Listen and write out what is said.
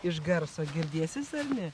iš garso girdėsis ar ne